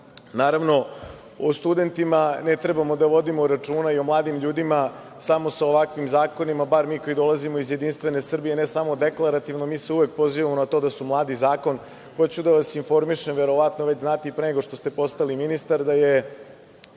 Naravno, o studentima ne treba da vodimo računa i o mladim ljudima samo sa ovakvim zakonima, bar mi koji dolazimo iz JS, ne samo deklarativno, mi se uvek pozivamo na to da su mladi zakon. Hoću da vas informišem, verovatno već znate i pre nego što ste postali ministar da je